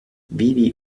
vivi